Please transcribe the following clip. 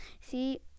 see